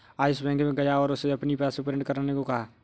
Ayush bank में गया और उससे अपनी पासबुक प्रिंट करने को कहा